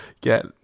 get